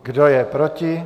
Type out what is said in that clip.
Kdo je proti?